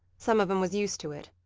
some of em was used to it.